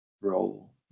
role